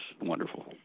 wonderful